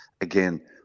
Again